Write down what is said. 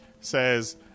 says